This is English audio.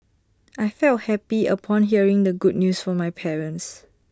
I felt happy upon hearing the good news from my parents